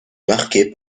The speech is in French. marquée